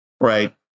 right